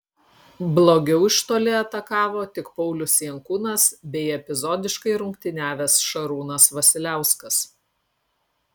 blogiau iš toli atakavo tik paulius jankūnas bei epizodiškai rungtyniavęs šarūnas vasiliauskas